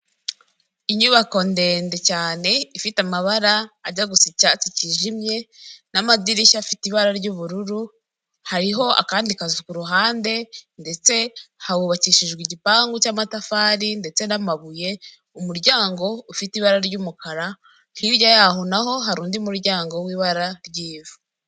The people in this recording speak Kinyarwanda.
Inyubako ndende cyane, ifite amabara ajya gusa icyatsi cyijimye, n'amadirishya afite ibara ry'ubururu, hariho akandi kazu ku ruhande, ndetse hubakishijwe igipangu cy'amatafari ndetse n'amabuye, umuryango ufite ibara ry'umukara, hirya yaho na ho hari undi muryango w'ibara ry'ivu.